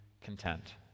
content